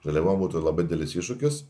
žaliavom būtų labai didelis iššūkis